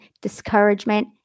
discouragement